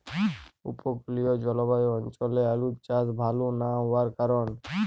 উপকূলীয় জলবায়ু অঞ্চলে আলুর চাষ ভাল না হওয়ার কারণ?